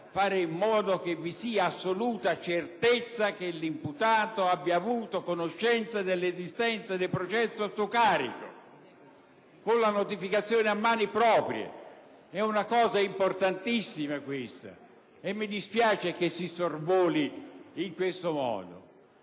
fare in modo che vi sia assoluta certezza che l'imputato abbia avuto conoscenza dell'esistenza del processo a suo carico, con la notificazione a mani proprie. È una questione importantissima, e mi dispiace che si sorvoli in questo modo.